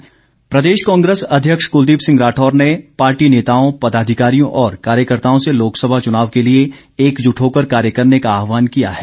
कुलदीप राठौर प्रदेश कांग्रेस अध्यक्ष कुलदीप सिंह राठौर ने पार्टी नेताओं पदाधिकारियों और कार्यकर्ताओं से लोकसभा चुनाव के लिए एकजुट होकर कार्य करने का आहवान किया है